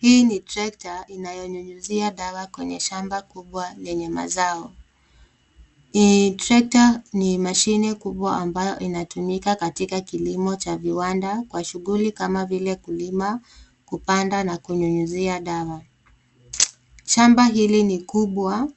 Hii ni trekta inayonyunyuzia dawa kwenye shamba kubwa lenye mazao. Trekta ni mashine kubwa ambayo inatumika katika kilimo cha viwanda kwa shughuli kama vile kulima, kupanda na kunyunyuzia dawa. Shamba hili ni kubwa